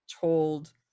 told